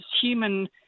human